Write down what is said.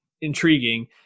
intriguing